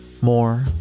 more